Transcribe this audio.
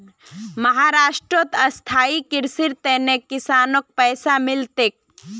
महाराष्ट्रत स्थायी कृषिर त न किसानक पैसा मिल तेक